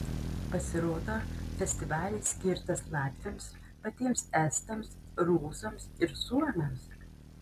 pasirodo festivalis skirtas latviams patiems estams rusams ir suomiams